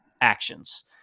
actions